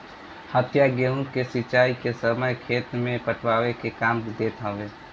हत्था गेंहू के सिंचाई के समय खेत के पटावे के काम देत हवे